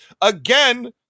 again